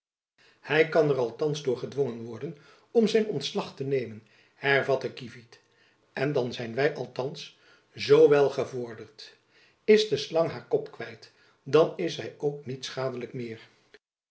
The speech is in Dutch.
hy kan er althands door gedwongen worden om zijn ontslag te nemen hervatte kievit en dan zijn wy althands zoo veel gevorderd is de slang haar kop kwijt dan is zy ook niet schadelijk meer